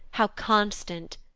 how constant,